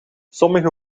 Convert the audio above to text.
sommige